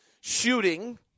Shooting